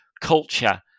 culture